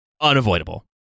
unavoidable